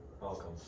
Welcome